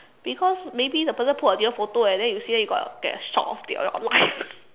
because maybe the person put a different photo and then you see then you get got a shock of your life